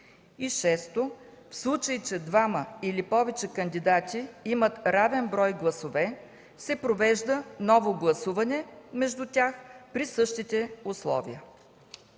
6. В случай че двама или повече кандидати имат равен брой гласове, се провежда ново гласуване между тях при същите условия.”